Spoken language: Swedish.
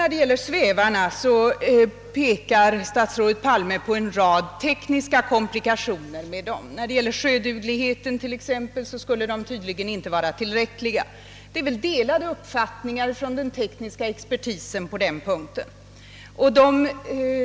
När det gäller svävarna pekar statsrådet Palme på en rad tekniska komplikationer. Deras sjöduglighet t.ex. skulle tydligen inte vara tillräcklig. Den tekniska expertisen har väl delade uppfattningar på den punkten.